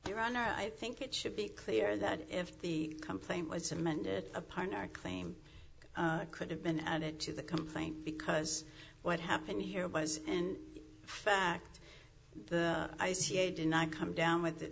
your honor i think it should be clear that if the complaint was amended upon our claim could have been added to the complaint because what happened here was in fact the i c a did not come down with